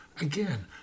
again